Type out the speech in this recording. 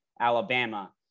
Alabama